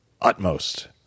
utmost